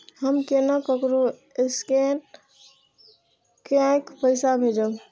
हम केना ककरो स्केने कैके पैसा भेजब?